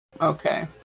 Okay